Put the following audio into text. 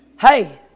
Hey